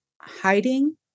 hiding